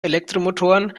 elektromotoren